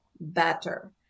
Better